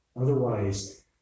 Otherwise